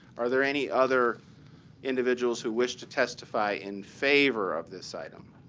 are there any other individuals who wish to testify in favor of this item?